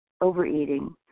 overeating